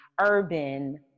urban